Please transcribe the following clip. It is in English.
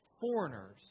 foreigners